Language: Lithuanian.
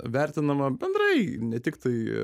vertinama bendrai ne tiktai